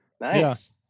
Nice